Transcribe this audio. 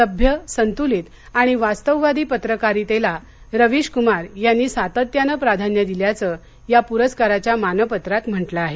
सभ्य संतूलित आणि वास्तववादी पत्रकारितेला रवीश कूमार यांनी सातत्यानं प्राधान्य दिल्याचं या पुरस्काराच्या मानपत्रात म्हटलं आहे